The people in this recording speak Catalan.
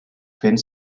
fent